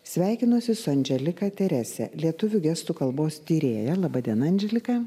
sveikinuosi su andželika terese lietuvių gestų kalbos tyrėja laba diena andželika